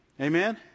Amen